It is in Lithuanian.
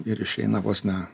ir išeina vos ne